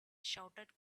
shouted